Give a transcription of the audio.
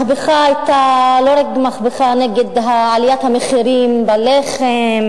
המהפכה היתה לא רק מהפכה נגד עליית המחירים של הלחם,